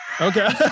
Okay